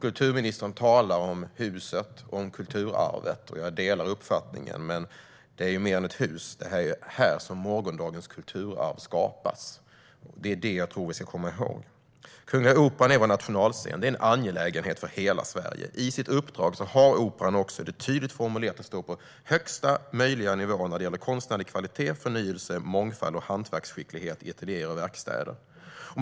Kulturministern talar om huset och om kulturarvet. Jag delar hennes uppfattning, men det här är mer än ett hus. Det är här som morgondagens kulturarv skapas, och det är det jag tror att vi ska komma ihåg. Kungliga Operan är vår nationalscen och en angelägenhet för hela Sverige. I uppdraget är det också tydligt formulerat att Operan ska stå på högsta möjliga nivå när det gäller konstnärlig kvalitet, förnyelse, mångfald och hantverksskicklighet i ateljéer och verkstäder.